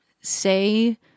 say